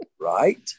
Right